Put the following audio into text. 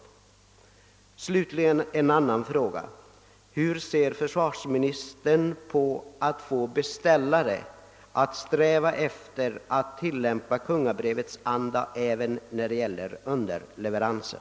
Till slut vill jag fråga försvarsministern hur han ser på möjligheterna att få beställare att sträva efter att tillämpa kungabrevets anda även beträffande underleveranser.